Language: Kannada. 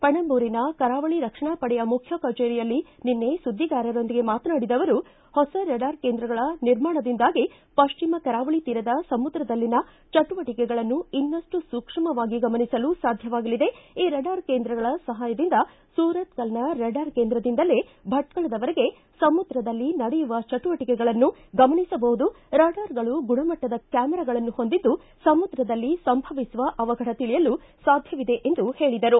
ಪಣಂಬೂರಿನ ಕರಾವಳಿ ರಕ್ಷಣಾ ಪಡೆಯ ಮುಖ್ಯ ಕಚೇರಿಯಲ್ಲಿ ನಿನ್ನೆ ಸುದ್ದಿಗಾರರೊಂದಿಗೆ ಮಾತನಾಡಿದ ಅವರು ಹೊಸ ರಡಾರ್ ಕೇಂದ್ರಗಳ ನಿರ್ಮಾಣದಿಂದಾಗಿ ಪಶ್ಚಿಮ ಕರಾವಳಿ ತೀರದ ಸಮುದ್ರದಲ್ಲಿನ ಚಟುವಟಿಕೆಗಳನ್ನು ಇನ್ನಷ್ಟು ಸೂಕ್ಷ್ಮವಾಗಿ ಗಮನಿಸಲು ಸಾಧ್ವವಾಗಲಿದೆ ಈ ರಡಾರ್ ಕೇಂದ್ರಗಳ ಸಹಾಯದಿಂದ ಸುರತ್ತಲ್ನ ರಾಡಾರ್ ಕೇಂದ್ರದಲ್ಲಿಂದಲೇ ಭಟ್ಕಳದವರೆಗೆ ಸಮುದ್ರದಲ್ಲಿ ನಡೆಯುವ ಚಟುವಟಿಕೆಗಳನ್ನು ಗಮನಿಸಬಹುದು ರಡಾರ್ಗಳು ಗುಣಮಟ್ಟದ ಕ್ಲಾಮರಾಗಳನ್ನು ಹೊಂದಿದ್ದು ಸಮುದ್ರದಲ್ಲಿ ಸಂಭವಿಸುವ ಅವಫಡ ತಿಳಿಯಲು ಸಾಧ್ಯವಿದೆ ಎಂದು ಹೇಳಿದರು